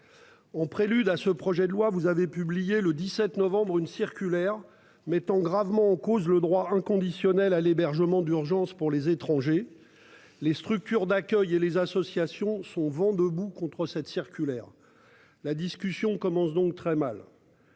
En prélude à ce projet de loi. Vous avez publié le 17 novembre une circulaire mettant gravement en cause le droit inconditionnel à l'hébergement d'urgence pour les étrangers, les structures d'accueil et les associations sont vent debout contre cette circulaire. La discussion commence donc très mal.